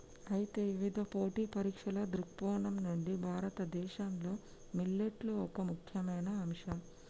అయితే ఇవిధ పోటీ పరీక్షల దృక్కోణం నుండి భారతదేశంలో మిల్లెట్లు ఒక ముఖ్యమైన అంశం